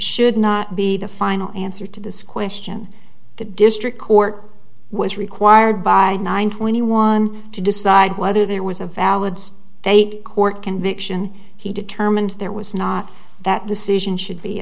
should not be the final answer to this question the district court was required by nine twenty one to decide whether there was a valid state court conviction he determined there was not that decision should be